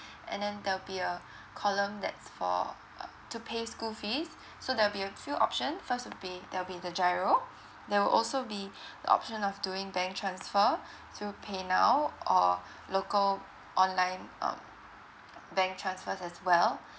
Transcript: and then there'll be a column that's for uh to pay school fees so there will be a few option first would be there'll be the giro there will also be the option of doing bank transfer through paynow or local online um bank transfers as well